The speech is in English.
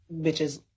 bitches